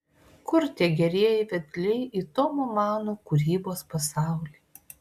kur tie gerieji vedliai į tomo mano kūrybos pasaulį